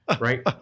right